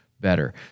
better